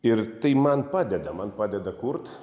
ir tai man padeda man padeda kurt